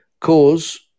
Cause